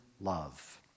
love